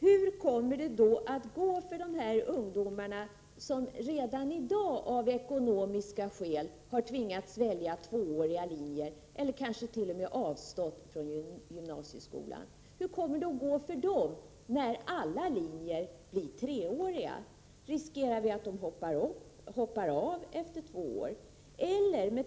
Hur kommer det då att gå för de ungdomar som redan i dag av ekonomiska skäl tvingas välja tvååriga linjer eller t.o.m. avstår från gymnasieskolan? Hur kommer det att gå för dem när alla linjer blir treåriga? Riskerar vi inte att de hoppar av efter två år?